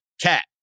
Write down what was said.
Cat